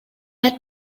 had